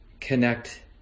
connect